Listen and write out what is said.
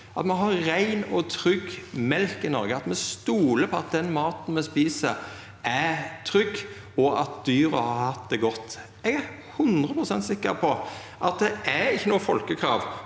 at me har rein og trygg mjølk i Noreg, at me stolar på at den maten me et, er trygg, og at dyra har hatt det godt. Eg er 100 pst. sikker på at det ikkje er noko folkekrav